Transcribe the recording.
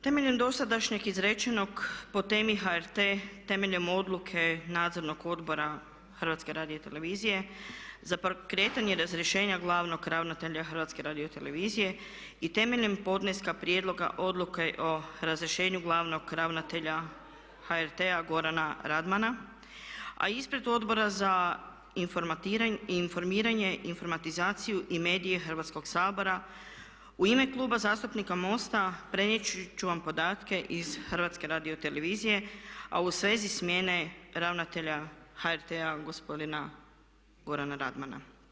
Temeljem dosadašnjeg izrečenog po temi HRT, temeljem odluke Nadzornog odbora HRT-a za pokretanje glavnog ravnatelja HRT-a i temeljem podneska prijedloga odluke o razrješenju glavnog ravnatelja HRT-a Gorana Radmana a ispred Odbora za informiranje, informatizaciju i medije Hrvatskoga sabora u ime Kluba zastupnika MOST-a prenijeti ću vam podatke iz HRT-a a u svezi smjene ravnatelja HRT-a gospodina Gorana Radmana.